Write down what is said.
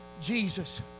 Jesus